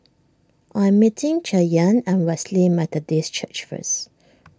I'm meeting Cheyanne at Wesley Methodist Church first